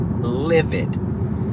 livid